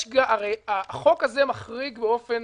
הרי החוק הזה מחריג באופן